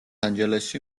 ანჯელესში